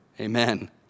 Amen